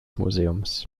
museums